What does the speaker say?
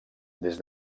des